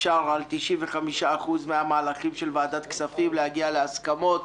על 95% מהמהלכים של ועדת הכספים אפשר להגיע להסכמות.